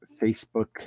Facebook